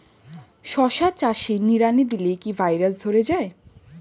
শশা চাষে নিড়ানি দিলে কি ভাইরাস ধরে যায়?